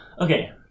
Okay